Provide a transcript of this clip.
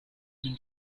been